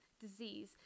disease